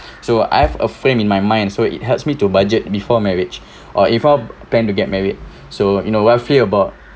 so I've a frame in my mind so it helps me to budget before marriage or if not plan to get married so you know roughly about